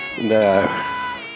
No